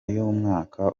y’umwaka